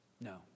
No